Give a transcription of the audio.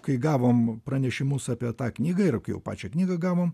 kai gavom pranešimus apie tą knygą ir kai jau pačią knygą gavom